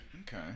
okay